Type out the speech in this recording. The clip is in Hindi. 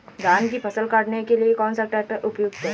धान की फसल काटने के लिए कौन सा ट्रैक्टर उपयुक्त है?